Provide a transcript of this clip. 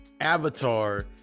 avatar